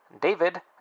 David